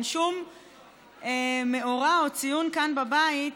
אין שום מאורע או ציון כאן בבית,